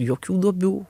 jokių duobių